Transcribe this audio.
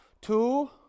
Two